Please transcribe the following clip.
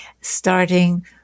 starting